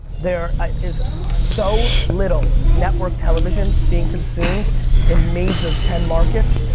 there is so little network television being consumed in major ten markets,